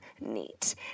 Neat